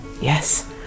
Yes